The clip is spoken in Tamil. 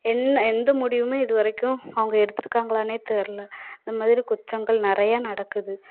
என்ன எந்த முடிவுமே இது வரைக்கும் அவங்க எடுத்திருக்காங்களானே தெரில இந்த மாதிரி குற்றங்கள் நிறையா நடக்குது